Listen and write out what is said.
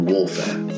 Warfare